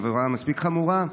עבירה מספיק חמורה?